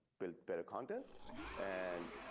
build better content and.